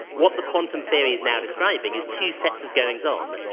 what the quantum theory is now describing is two sets of goings on,